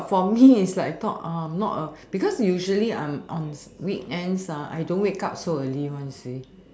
but for me is like talk not a because usually I'm on weekends I don't wake so early one you see